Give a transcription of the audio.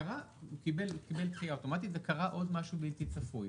קרה עוד משהו בלתי צפוי.